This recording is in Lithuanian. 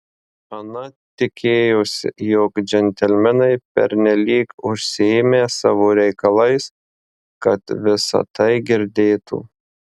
ana tikėjosi jog džentelmenai pernelyg užsiėmę savo reikalais kad visa tai girdėtų